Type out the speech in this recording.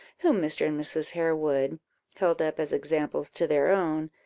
whom mr. and mrs. harewood held up as examples to their own,